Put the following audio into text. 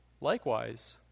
likewise